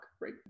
right